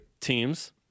teams